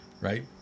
right